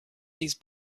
these